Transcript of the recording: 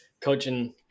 coaching